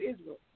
Israel